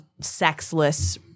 sexless